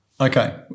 Okay